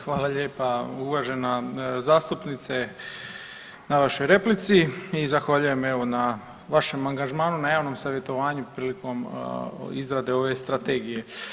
Hvala lijepa uvažena zastupnice na vašoj replici i zahvaljujem evo na, vašem angažmanu na javnom savjetovanju prilikom izrade ove Strategije.